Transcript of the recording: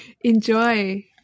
Enjoy